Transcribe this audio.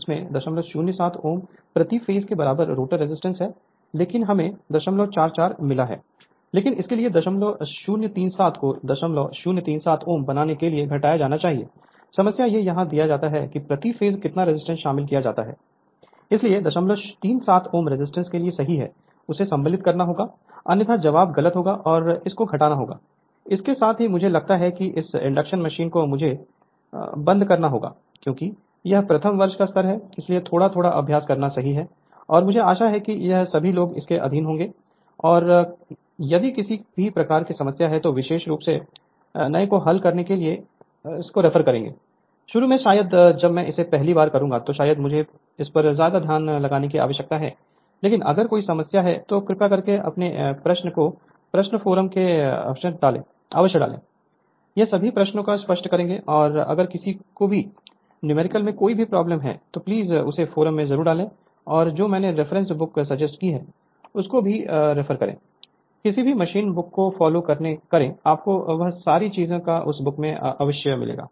Glossary English word Hindi Hindi meaning magnetizing component magnetizing component magnetizing component loss component loss component घटक complaint approximation approximation approximation impedance impedance impedance exciting current exciting current exciting current equation equation समीकरण fed feed fed synchronous speed synchronous speed तुल्यकालिक गति standstill standstill ठहराव frequency frequency आवृत्ति shaft power output shaft power output shaft power output mechanical torque friction mechanical torque friction mechanical torque friction core loss core loss core loss efficiency efficiency दक्षता cycle cycle चक्र expression expression अभिव्यक्ति useful torque useful torque उपयोगी torque squirrel cage squirrel cage squirrel cage start slip start slip start slip substitute substitute विकल्प simplify simplify सरल option option विकल्प torque torque torque stator loss stator loss stator loss simplified circuit simplified circuit simplified circuit shunt branch shunt branch shunt branch hand branch hand branch hand branch stalling speed stalling speed stalling speed